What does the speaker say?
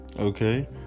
Okay